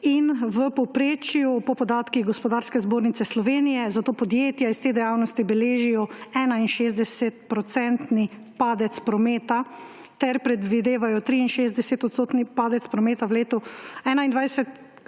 in v povprečju, po podatkih Gospodarske zbornice Slovenije, zato podjetje iz te dejavnosti beležijo 61-procentni padec prometa ter predvidevajo 63-odstotni padec prometa v letu 2021